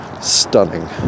stunning